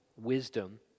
wisdom